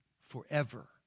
forever